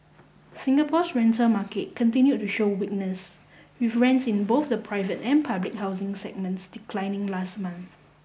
Singapore's rental market continued to show weakness with rents in both the private and public housing segments declining last month